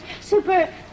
super